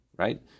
Right